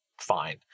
fine